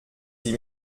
sie